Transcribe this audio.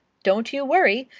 don't you worry.